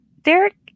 Derek